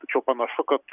tačiau panašu kad